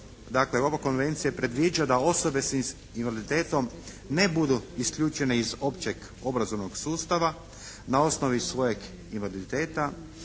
dakle ova Konvencija predviđa da osobe s invaliditetom ne budu isključene iz općeg obrazovnog sustava na osnovi svojeg invaliditeta